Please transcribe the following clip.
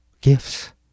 gifts